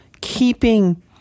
keeping